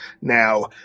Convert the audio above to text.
Now